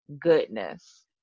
goodness